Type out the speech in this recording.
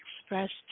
expressed